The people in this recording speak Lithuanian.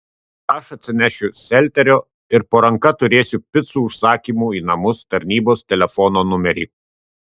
aš atsinešiu selterio ir po ranka turėsiu picų užsakymų į namus tarnybos telefono numerį